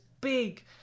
big